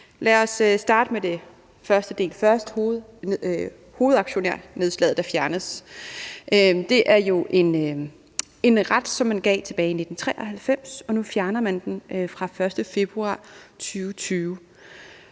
Lad os starte med den første del: hovedaktionærnedslaget, der fjernes. Det er jo en ret, som man gav tilbage i 1993, og nu fjerner man den fra den 1. februar 2020.